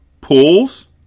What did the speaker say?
Pools